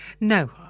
No